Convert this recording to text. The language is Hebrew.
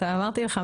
אמרתי לך,